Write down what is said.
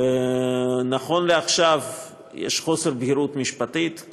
נכון לעכשיו יש חוסר בהירות משפטית,